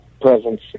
presence